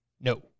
No